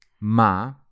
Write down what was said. Ma